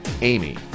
Amy